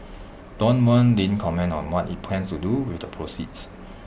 Danone didn't comment on what IT plans to do with the proceeds